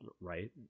right